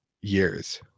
years